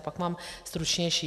A pak mám stručnější.